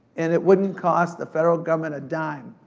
and it wouldn't cost the federal government a dime.